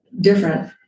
different